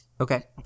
Okay